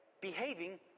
behaving